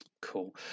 cool